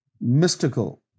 mystical